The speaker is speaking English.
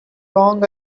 long